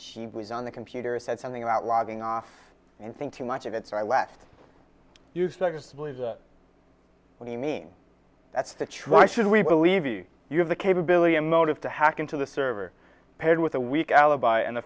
she was on the computer said something about logging off and think too much of it so i left you started to believe that what you mean that's the try should we believe you you have the capability a motive to hack into the server paired with a weak alibi and the